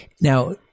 Now